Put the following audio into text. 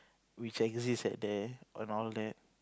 which exists at there and all that